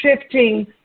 shifting